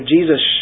Jesus